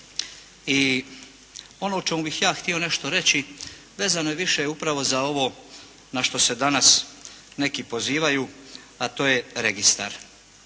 i ono o čemu bih ja htio nešto reći vezano je više upravo za ovo na što se danas neki pozivaju, a to je registar.